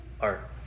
art